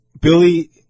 Billy